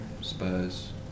Spurs